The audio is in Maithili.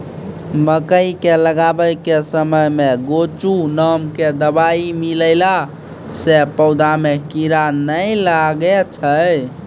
मकई के लगाबै के समय मे गोचु नाम के दवाई मिलैला से पौधा मे कीड़ा नैय लागै छै?